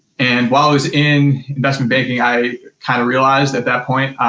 and while i was in investment banking, i kind of realized, at that point,